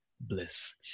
bliss